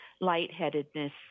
lightheadedness